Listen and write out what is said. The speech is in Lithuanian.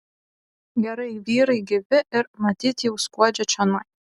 gerai vyrai gyvi ir matyt jau skuodžia čionai